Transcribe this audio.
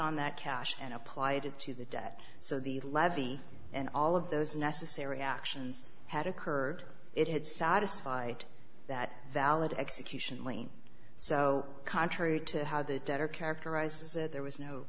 on that cash and applied it to the debt so the levy and all of those necessary actions had occurred it satisfied that valid execution lien so contrary to how the debtor characterizes it there was no